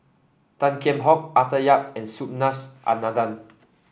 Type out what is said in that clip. Tan Kheam Hock Arthur Yap and Subhas Anandan